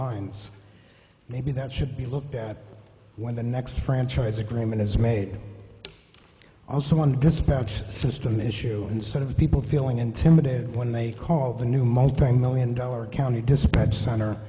lines maybe that should be looked at when the next franchise agreement is made also one dispatch system issue instead of people feeling intimidated when they call the new multimillion dollar county dispatch center